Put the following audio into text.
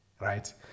right